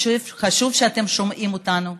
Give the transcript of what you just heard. חשוב שאתם שומעים אותנו,